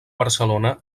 barcelona